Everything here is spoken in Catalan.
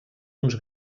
uns